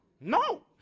no